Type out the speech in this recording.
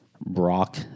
Brock